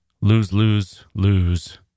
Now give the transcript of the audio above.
lose-lose-lose